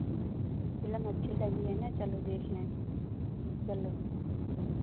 film अच्छी लगी है ना चलो देख आएँ चलो